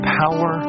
power